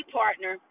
partner